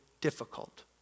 Difficult